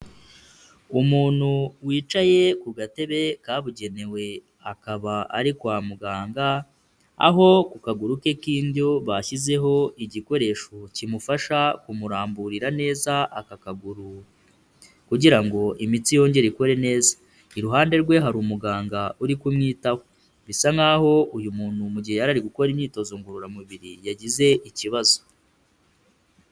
Umuntu wicaye ku gatebe kabugenewe, akaba ari kwa muganga, aho ku kaguru ke k'indyo bashyizeho igikoresho kimufasha kumuramburira neza aka kaguru kugira ngo imitsi yongere ikore neza. Iruhande rwe hari umuganga uri kumwitaho bisa nk'aho uyu muntu mu gihe yari ari gukora imyitozo ngororamubiri yagize ikibazo.